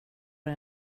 det